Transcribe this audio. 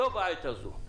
לא בעת הזו.